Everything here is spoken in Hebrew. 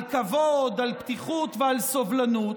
על כבוד, על פתיחות ועל סובלנות,